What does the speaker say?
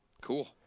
Cool